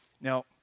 Now